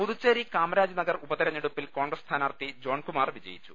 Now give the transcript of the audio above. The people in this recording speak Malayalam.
പുതുച്ചേരി കാമരാജ്നഗർ ഉപത്തെരഞ്ഞെടുപ്പിൽ കോൺഗ്രസ് സ്ഥാനാർത്ഥി ജോൺകുമാർ വിജയിച്ചു